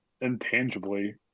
intangibly